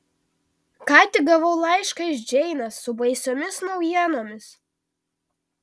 ką tik gavau laišką iš džeinės su baisiomis naujienomis